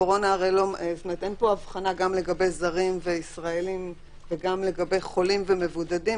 ואין פה הבחנה לגבי זרים וישראלים וגם לגבי חולים ומבודדים,